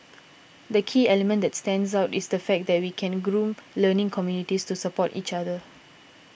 the key element that stands out is the fact that we can groom learning communities to support each other